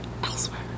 elsewhere